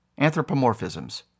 Anthropomorphisms